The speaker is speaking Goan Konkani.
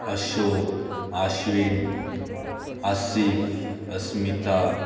अशोक आश्विन आसिफ अस्मिता